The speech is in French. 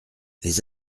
les